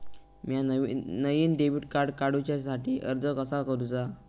म्या नईन debit card काडुच्या साठी अर्ज कसा करूचा?